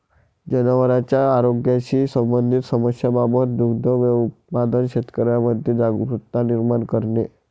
जनावरांच्या आरोग्याशी संबंधित समस्यांबाबत दुग्ध उत्पादक शेतकऱ्यांमध्ये जागरुकता निर्माण करणे